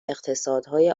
اقتصادهای